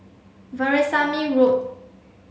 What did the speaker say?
Veerasamy Road